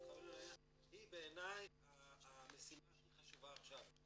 היא בעיני המשימה הכי חשובה עכשיו.